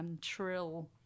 trill